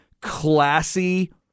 classy